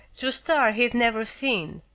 to a star he'd never seen.